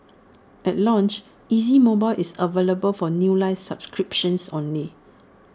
at launch easy mobile is available for new line subscriptions only